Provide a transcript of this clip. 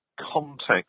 context